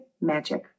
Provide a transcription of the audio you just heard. magic